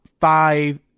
five